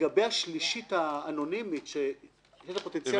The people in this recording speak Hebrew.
לגבי השלישית האנונימית שיש לה פוטנציאל